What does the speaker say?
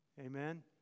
Amen